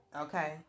okay